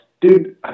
Dude